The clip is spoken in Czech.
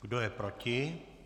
Kdo je proti?